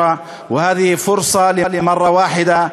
להלן תרגומם: זו בשורה וזו הזדמנות חד-פעמית.